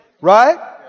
Right